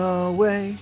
away